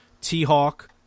T-Hawk